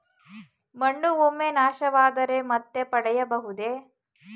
ಮಣ್ಣು ಒಮ್ಮೆ ನಾಶವಾದರೆ ಮತ್ತೆ ಪಡೆಯಬಹುದೇ?